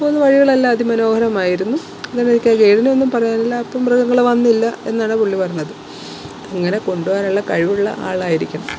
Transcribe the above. പോകുന്ന വഴികൾ എല്ലാം അതിമനോഹരം ആയിരുന്നു എന്നാലും എനിക്ക് ആ ഗെയിഡിനെ ഒന്നും പറയാനില്ല അപ്പോള് മൃഗങ്ങള് വന്നില്ല എന്നാണ് പുള്ളി പറഞ്ഞത് അങ്ങനെ കൊണ്ടുപോകാനുള്ള കഴിവുള്ള ആളായിരിക്കണം